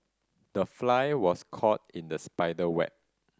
the fly was caught in the spider web